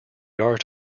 art